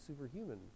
superhuman